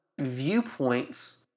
viewpoints